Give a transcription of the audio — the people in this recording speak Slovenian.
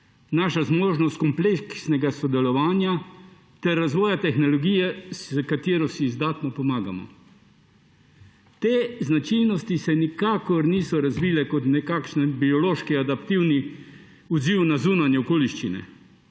naša zmožnost kompleksnega sodelovanja ter razvoja tehnologije, s katero si izdatno pomagamo. Te značilnosti se nikakor niso razvile kot nekakšni biološki adaptivni odziv na zunanje okoliščine,